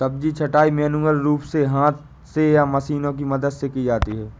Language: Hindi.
सब्जी छँटाई मैन्युअल रूप से हाथ से या मशीनों की मदद से की जाती है